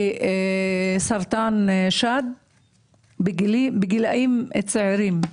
בסרטן השד בגילאים יותר צעירים.